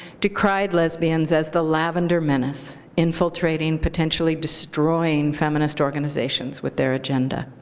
decried lesbians as the lavender menace, infiltrating, potentially destroying feminist organizations with their agenda.